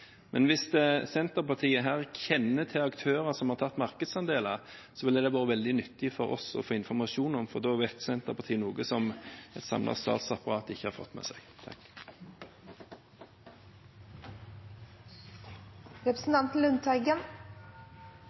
Hvis Senterpartiet her kjenner til aktører som har tatt markedsandeler, ville det vært veldig nyttig for oss å få informasjon om det, for da vet Senterpartiet noe som et samlet statsapparat ikke har fått med seg.